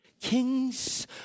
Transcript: Kings